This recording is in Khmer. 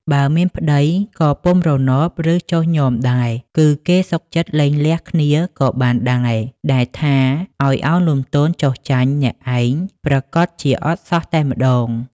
បើមានប្តីក៏ពុំរណប ឬចុះញ៉មដែរ គឺគេសុខចិត្តលែងលះគ្នាដ៏បានដែរ ដែលថាឱ្យឱនលំទោនចុះចាញ់អ្នកឯងប្រាកដជាអត់សោះតែម្តង។